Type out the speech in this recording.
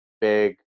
Big